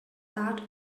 that